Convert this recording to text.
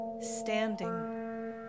standing